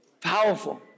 powerful